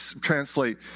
translate